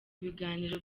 ibiganiro